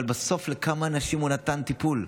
אבל בסוף לכמה אנשים הוא נתן טיפול?